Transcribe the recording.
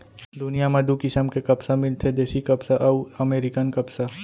दुनियां म दू किसम के कपसा मिलथे देसी कपसा अउ अमेरिकन कपसा